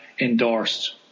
endorsed